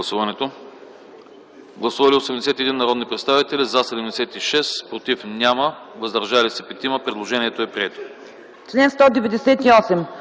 Гласували 81 народни представители: за 76, против няма, въздържали се 5. Предложението е прието.